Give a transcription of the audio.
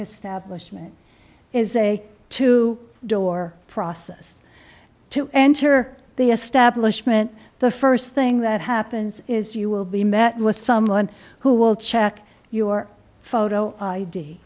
establishment is a two door process to enter the establishment the first thing that happens is you will be met with someone who will check your photo i